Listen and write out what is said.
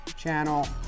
channel